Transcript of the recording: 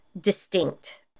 distinct